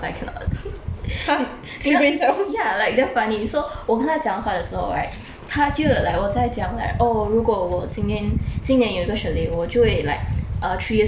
ya like damn funny so 我跟他讲话的时候 right 他就 like 我在讲 like oh 如果我今天今年有一个我就会 like uh three years in a row